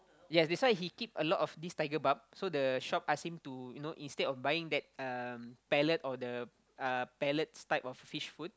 yes that's why he keep a lot of these tiger barb so the shop ask him to you know instead of buying that um pellet or the uh pellets type of fish food